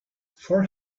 four